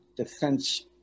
Defense